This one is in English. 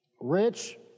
rich